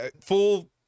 full